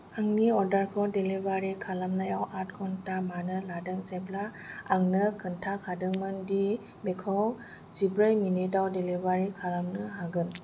आंनि अर्डारखौ डेलिभारि खालामनायाव आठ घन्टा मानो लादों जेब्ला आंनो खोन्थाखादोंमोन दि बेखौ जिब्रै मिनिटाव डेलिभारि खालामनो हागोन